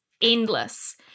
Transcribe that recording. Endless